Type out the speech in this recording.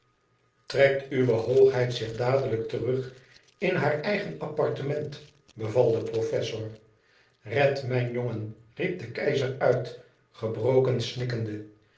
trekt uwe hoogheid zich dadelijk terug in haar eigen appartement beval de professor red mijn jongen riep de keizer uit gebroken